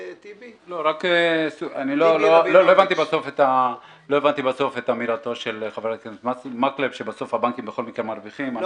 לא הבנתי את אמירתו של חבר הכנסת מקלב שבסוף הבנקים בכל מקרה מרוויחים.